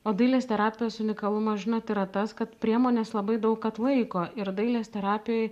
o dailės terapijos unikalumas žinot yra tas kad priemonės labai daug atlaiko ir dailės terapijoj